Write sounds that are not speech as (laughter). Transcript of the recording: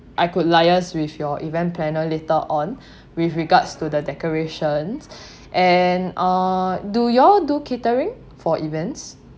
I could liase with your event planner later on (breath) with regards to the decorations (breath) and uh do you all do catering for events